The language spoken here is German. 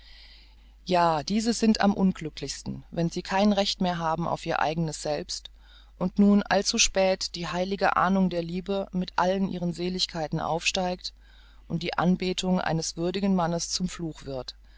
ja diese sind am unglücklichsten wenn sie kein recht mehr haben auf ihr eigenes selbst und nun allzuspät die heilige ahnung der liebe mit allen ihren seligkeiten aufsteigt und die anbetung eines würdigen mannes zum fluche wird